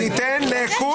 אני אתן לכולם.